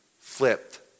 flipped